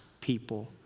people